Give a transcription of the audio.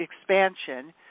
expansion